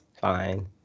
fine